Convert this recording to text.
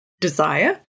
desire